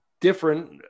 different